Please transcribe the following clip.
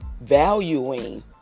valuing